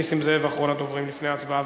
נסים זאב אחרון הדוברים לפני ההצבעה.